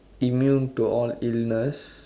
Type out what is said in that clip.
immune to all illness